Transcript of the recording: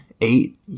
eight